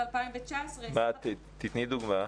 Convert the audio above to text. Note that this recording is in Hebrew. תיתני דוגמא.